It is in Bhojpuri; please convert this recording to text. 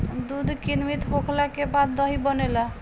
दूध किण्वित होखला के बाद दही बनेला